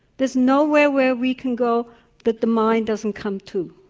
there's nowhere we can go that the mind doesn't come too.